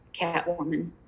Catwoman